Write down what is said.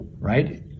right